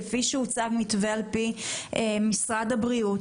כפי שהוצג מתווה על פי משרד הבריאות?